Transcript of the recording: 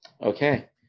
Okay